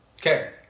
Okay